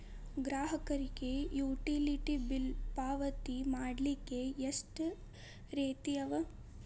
ಗ್ರಾಹಕರಿಗೆ utility bill ಪಾವತಿ ಮಾಡ್ಲಿಕ್ಕೆ ಎಷ್ಟ ರೇತಿ ಅವ?